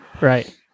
Right